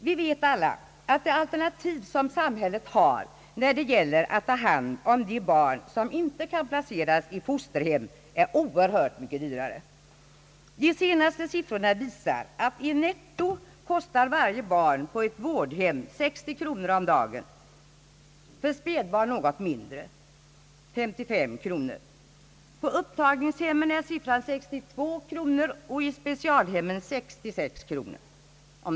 Vi vet alla att det alternativ, som samhället har när det gäller att ta hand om de barn som inte kan placeras i fosterhem, är oerhört mycket dyrare. De senaste siffrorna visar att varje barn på ett vårdhem i netto kostar 60 kronor om dagen. För spädbarn är kostnaden 55 kronor. På upptagningshemmen är siffran 62 kronor och i specialhemmen 66 kronor.